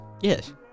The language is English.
Yes